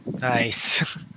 Nice